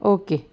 okay